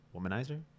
womanizer